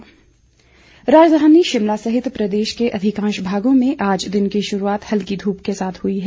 मौसम राजधानी शिमला सहित प्रदेश के अधिकांश भागों में आज दिन की शुरुआत हल्की धूप के साथ हुई है